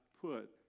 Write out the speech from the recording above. put